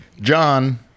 John